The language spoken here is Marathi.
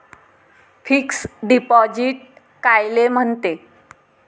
फिक्स डिपॉझिट कायले म्हनते?